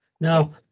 Now